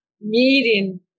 meeting